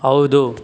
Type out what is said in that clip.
ಹೌದು